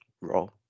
role